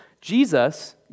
Jesus